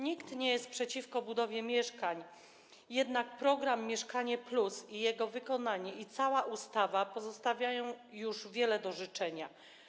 Nikt nie jest przeciwko budowie mieszkań, jednak program „Mieszkanie+”, jego wykonanie i cała ustawa pozostawiają już wiele do życzenia.